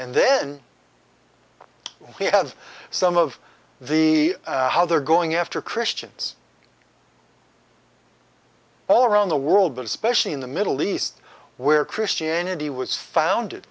and then you have some of the how they're going after christians all around the world but especially in the middle east where christianity was founded